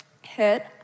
hit